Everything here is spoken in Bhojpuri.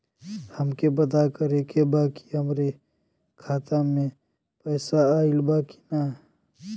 हमके पता करे के बा कि हमरे खाता में पैसा ऑइल बा कि ना?